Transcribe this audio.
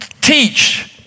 teach